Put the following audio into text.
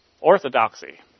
Orthodoxy